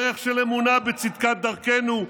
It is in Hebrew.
דרך של אמונה בצדקת דרכנו,